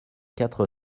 quatre